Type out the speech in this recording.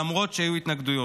למרות שהיו התנגדויות.